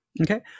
Okay